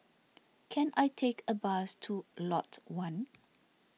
can I take a bus to Lot one